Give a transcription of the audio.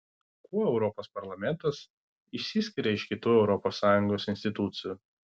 kuo europos parlamentas išsiskiria iš kitų europos sąjungos institucijų